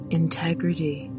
integrity